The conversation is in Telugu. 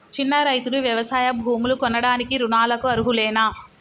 చిన్న రైతులు వ్యవసాయ భూములు కొనడానికి రుణాలకు అర్హులేనా?